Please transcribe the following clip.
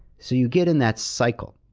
so, you get in that cycle.